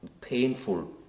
painful